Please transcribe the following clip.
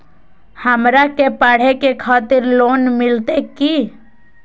हमरा के पढ़े के खातिर लोन मिलते की?